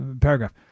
paragraph